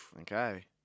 Okay